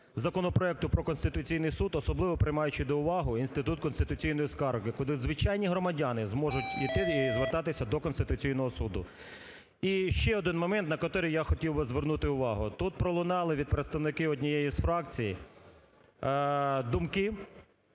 законопроекту про Конституційний Суд, особливо приймаючи до уваги Інститут конституційної скарги, куди звичайні громадяни зможуть іти і звертатися д Конституційного Суду. І ще один момент, на котрий я хотів би звернути увагу. Тут пролунали від представників однієї з фракцій думки